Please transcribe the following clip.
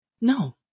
No